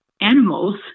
animals